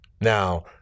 Now